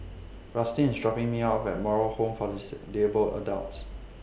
Rustin IS dropping Me off At Moral Home For Disabled Adults